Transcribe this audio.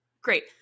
Great